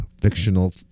fictional